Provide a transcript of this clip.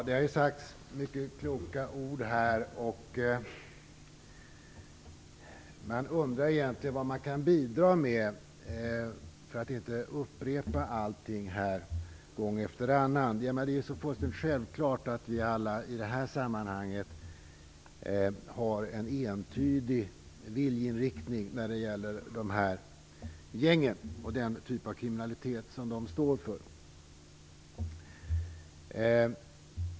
Fru talman! Många kloka ord har sagts här. Frågan är vad man kan bidra med utan att gång efter annan upprepa saker här. Det är fullständigt självklart att vi alla i detta sammanhang har en entydig viljeinriktning när det gäller de här gängen och den typ av kriminalitet som de står för.